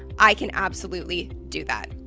i can absolutely do that.